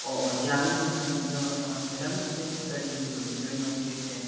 ꯑꯣ ꯑꯣ ꯌꯥꯒꯅꯤ ꯃꯦꯗꯥꯝ ꯑꯗꯣ ꯃꯦꯗꯥꯝꯒꯤꯁꯦ ꯀꯔꯤꯒꯤ ꯑꯣꯏꯕꯤꯗꯣꯏꯅꯣ ꯀꯦꯛꯁꯦ